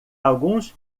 alguns